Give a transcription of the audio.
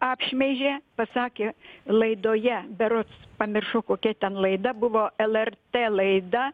apšmeižė pasakė laidoje berods pamiršau kokia ten laida buvo lrt laida